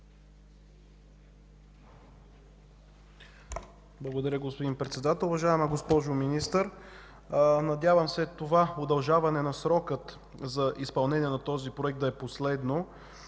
Благодаря, господин Председател. Уважаема госпожо Министър, надявам се това удължаване на срока за изпълнение на този проект да е последно